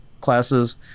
classes